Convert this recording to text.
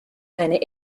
eine